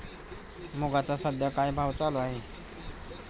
मुगाचा सध्या काय भाव चालू आहे?